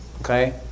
Okay